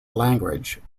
language